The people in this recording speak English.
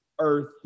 earth